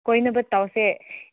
ꯀꯣꯏꯅꯕ ꯇꯧꯁꯦ